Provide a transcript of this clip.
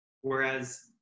Whereas